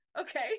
okay